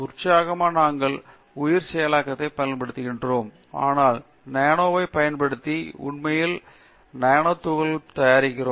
உற்சாகமாக நாங்கள் உயிர் செயலாக்கத்தைப் பயன்படுத்துகிறோம் அதனால் நானோவைப் பயன்படுத்தி உண்மையில் நானோ துகள்களை தயாரிக்கிறோம்